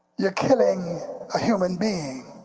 they are killing a human being.